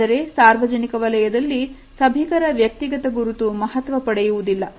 ಆದರೆ ಸಾರ್ವಜನಿಕ ವಲಯದಲ್ಲಿ ಸಭಿಕರ ವ್ಯಕ್ತಿಗತ ಗುರುತು ಮಹತ್ವ ಪಡೆಯುವುದಿಲ್ಲ